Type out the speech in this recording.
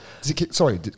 Sorry